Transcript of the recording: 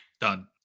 Done